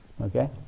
okay